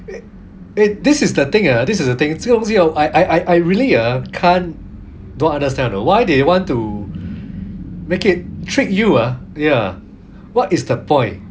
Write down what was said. eh this is the thing this is the thing 这个东西 I I I really uh can't don't understand why they want to make it trick you ah ya what is the point